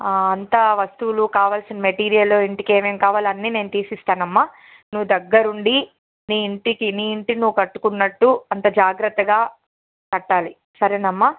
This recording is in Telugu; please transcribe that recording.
అంతా వస్తువులు కావాల్సిన మెటీరియలు ఇంటికి ఏమేమి కావాలి అన్నీ నేను తీసిస్తానమ్మా నువ్వు దగ్గర ఉండి నీ ఇంటికి నీ ఇంటిని నువ్వు కట్టుకున్నట్టు అంత జాగ్రత్తగా కట్టాలి సరేనమ్మా